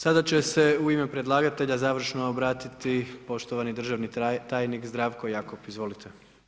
Sada će se u ime predlagatelja završno obratiti poštovani državni tajnik Zdravko Jakop, izvolite.